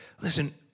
Listen